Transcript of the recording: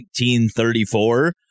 1934